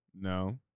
No